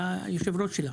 אתה יושב-ראש שלה...